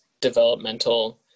developmental